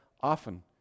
often